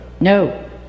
No